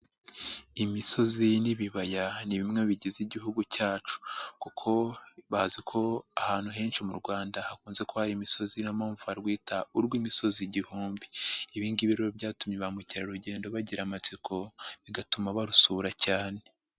Imisozi n'ibibaya ni bimwe bigize Igihugu cyacu kuko bazi ko ahantu henshi mu Rwanda hakunze kuba hari imisozi niyo mpamvu barwita urw'imisozi Igihumb. Ibi rero byatumye ba mukerarugendo bagira amatsiko, bigatuma barusura cyane.